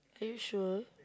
are you sure